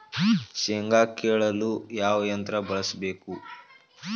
ಶೇಂಗಾ ಕೇಳಲು ಯಾವ ಯಂತ್ರ ಬಳಸಬೇಕು?